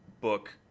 book